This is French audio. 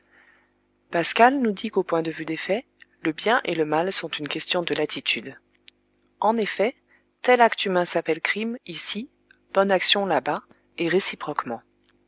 pascal nous dit qu'au point de vue des faits le bien et le mal sont une question de latitude en effet tel acte humain s'appelle crime ici bonne action là-bas et réciproquement